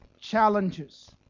challenges